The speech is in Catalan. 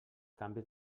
canvis